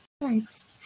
thanks